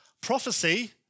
Prophecy